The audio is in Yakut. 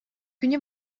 күнү